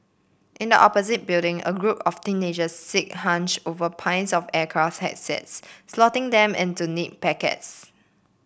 in the opposite building a group of teenager sit hunched over piles of aircraft headsets slotting them into neat packets